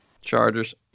Chargers